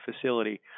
facility